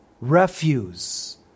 refuse